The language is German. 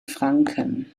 franken